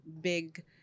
big